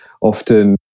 Often